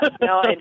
No